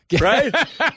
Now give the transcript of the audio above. right